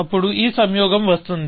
అప్పుడు ఈ సంయోగం వస్తుంది